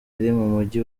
muji